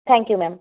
thank you ma'am